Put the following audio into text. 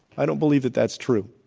i don't believe that that's true.